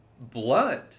blunt